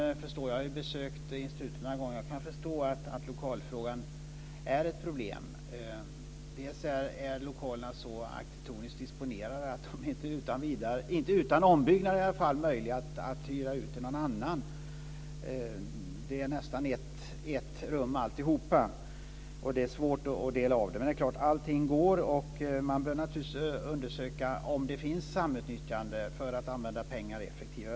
Jag har besökt institutet några gånger, och jag kan förstå att lokalfrågan är ett problem. Lokalerna är arkitektoniskt så disponerade att de inte utan ombyggnad är möjliga att hyra ut till någon annan. Alltihop är nästan bara ett rum, och det är svårt att dela av det. Men det är klart att allting går, och man bör naturligtvis undersöka om det finns samutnyttjande för att använda pengar effektivare.